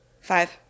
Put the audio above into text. five